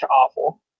awful